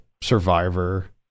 survivor